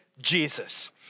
Jesus